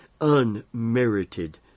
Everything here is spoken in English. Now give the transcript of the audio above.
unmerited